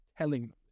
Telling